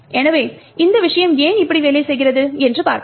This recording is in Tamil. எனவே இந்த விஷயம் ஏன் இப்படி வேலை செய்கிறது என்று பார்ப்போம்